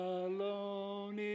alone